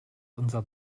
unser